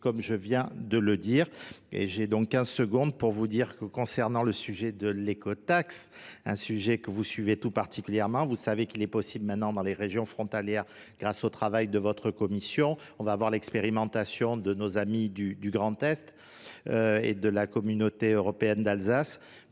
comme je viens de le dire. Et j'ai donc 15 secondes pour vous dire que concernant le sujet de l'éco-tax, un sujet que vous suivez tout particulièrement, vous savez qu'il est possible maintenant dans les régions frontalières grâce au travail de votre commission. On va avoir l'expérimentation de nos amis du Grand Est. et de la communauté européenne d'Alsace.